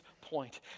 point